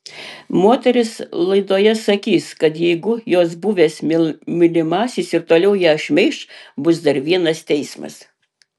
moteris laidoje sakys kad jeigu jos buvęs mylimasis ir toliau ją šmeiš bus dar vienas teismas